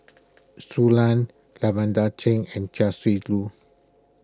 Shui Lan Lavender Chang and Chia Shi Lu